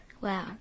Wow